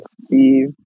Steve